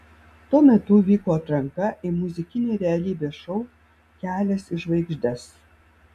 tuo metu vyko atranka į muzikinį realybės šou kelias į žvaigždes